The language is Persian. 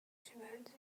جیبت